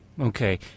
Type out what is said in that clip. Okay